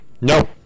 No